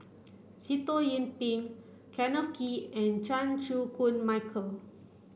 Sitoh Yih Pin Kenneth Kee and Chan Chew Koon Michael